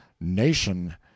nation